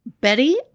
Betty